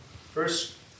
First